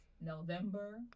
November